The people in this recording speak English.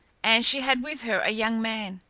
and she had with her a young man.